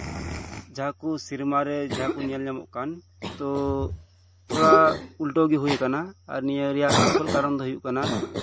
ᱡᱟᱦᱟᱸ ᱠᱚ ᱥᱮᱨᱢᱟᱨᱮ ᱡᱟᱦᱟᱸ ᱠᱚ ᱧᱮᱞ ᱧᱟᱢᱚᱜ ᱠᱟᱱ ᱛᱚ ᱛᱷᱚᱲᱟ ᱩᱞᱴᱟᱹᱣ ᱜᱮ ᱦᱩᱭ ᱟᱠᱟᱱᱟ ᱟᱨ ᱱᱤᱭᱟᱹ ᱨᱮᱭᱟᱜ ᱟᱥᱚᱞ ᱠᱟᱨᱚᱱ ᱫᱚ ᱦᱩᱭᱩᱜ ᱠᱟᱱᱟ